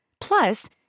Plus